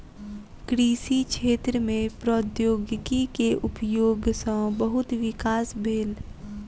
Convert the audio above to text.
कृषि क्षेत्र में प्रौद्योगिकी के उपयोग सॅ बहुत विकास भेल